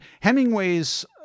Hemingway's